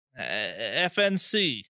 fnc